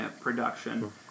production